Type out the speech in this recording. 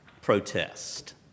protest